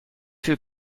viel